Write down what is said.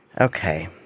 Okay